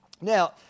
Now